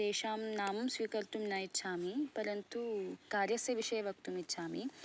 तेषां नामं स्वीकर्तुं न इच्छामि परन्तु कार्यस्य विषये वक्तुं इच्छामि